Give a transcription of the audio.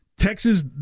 Texas